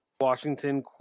Washington